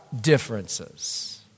differences